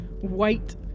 white